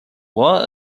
war